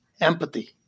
empathy